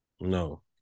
No